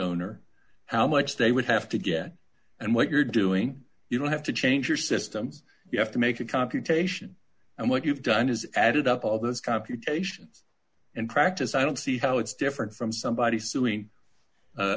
owner how much they would have to get and what you're doing you don't have to change your systems you have to make a computation and what you've done is added up all those computations and practice i don't see how it's different from somebody suing